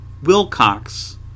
Wilcox